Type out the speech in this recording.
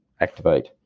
activate